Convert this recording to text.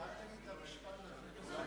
אל תגיד את המשפט הזה,